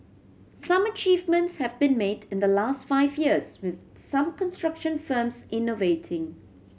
some achievements have been made in the last five years with some construction firms innovating